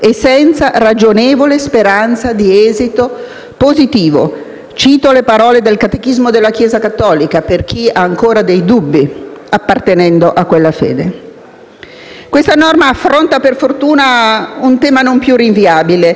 Questa norma affronta, per fortuna, un tema non più rinviabile, perché la crescente capacità terapeutica della medicina moderna consente oggi - cosa che non era così venti, trenta, quarant'anni fa, sebbene la Costituzione lo avesse già scritto